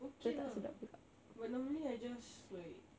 okay lah but normally I just like